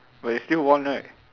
but you still won right